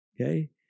Okay